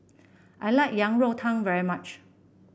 I like Yang Rou Tang very much